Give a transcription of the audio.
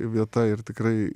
vieta ir tikrai